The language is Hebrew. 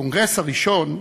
הקונגרס הראשון,